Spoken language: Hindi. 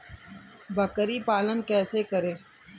बकरी पालन कैसे करें?